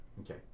Okay